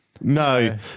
No